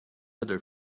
other